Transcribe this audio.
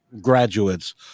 graduates